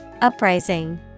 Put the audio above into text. Uprising